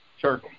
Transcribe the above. Sure